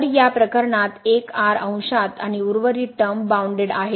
तर या प्रकरणात 1 अंशात आणि उर्वरित टर्म बाउनडेड आहे